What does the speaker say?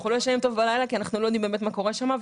אנחנו לא ישנים טוב בלילה כי אנחנו לא יודעים באמת מה הולך שם.